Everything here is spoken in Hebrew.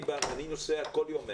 אני נוסע כל יום מהנגב.